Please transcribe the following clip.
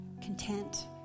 content